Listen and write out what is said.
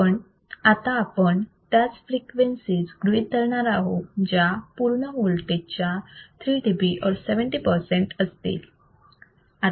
पण आपण फक्त त्याच फ्रिक्वेन्सीज गृहीत धरणार आहोत ज्या पूर्ण होल्टेजच्या 3 dB or 70 percent असतील